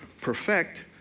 perfect